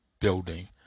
building